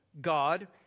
God